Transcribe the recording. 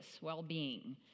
well-being